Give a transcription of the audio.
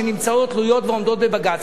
שנמצאות תלויות ועומדות בבג"ץ,